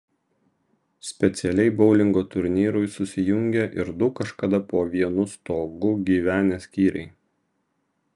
specialiai boulingo turnyrui susijungė ir du kažkada po vienu stogu gyvenę skyriai